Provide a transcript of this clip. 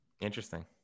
Interesting